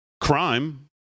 crime